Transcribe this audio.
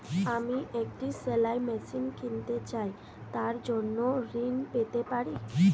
আমি একটি সেলাই মেশিন কিনতে চাই তার জন্য ঋণ পেতে পারি?